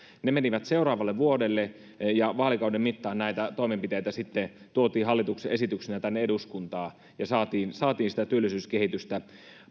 ne menivät seuraavalle vuodelle ja vaalikauden mittaan näitä toimenpiteitä sitten tuotiin hallituksen esityksinä tänne eduskuntaan ja saatiin saatiin sitä työllisyyskehitystä